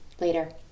Later